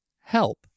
help